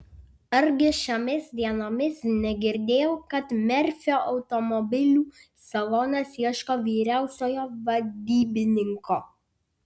argi šiomis dienomis negirdėjau kad merfio automobilių salonas ieško vyriausiojo vadybininko